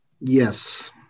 Yes